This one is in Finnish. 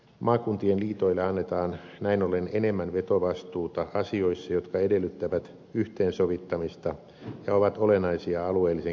maakuntien liitoille annetaan näin ollen enemmän vetovastuuta asioissa jotka edellyttävät yhteensovittamista ja ovat olennaisia alueellisen kehittämisen kannalta